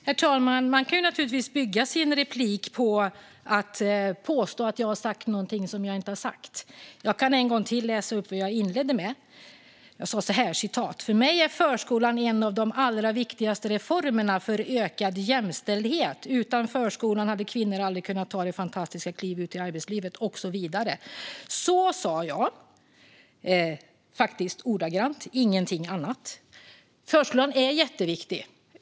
Herr talman! Man kan naturligtvis bygga sin replik på att påstå att jag har sagt någonting som jag inte har sagt. Jag kan en gång till läsa upp vad inledde med. Jag sa så här: "För mig är förskolan en av de allra viktigaste reformerna för ökad jämställdhet. Utan förskolan hade kvinnor aldrig kunnat ta det fantastiska kliv ut i arbetslivet" och så vidare. Så sa jag ordagrant, och ingenting annat. Förskolan är jätteviktig.